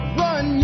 run